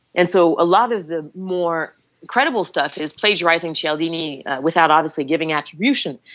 and so a lot of the more incredible stuff is plagiarizing cialdini without obviously giving attribution.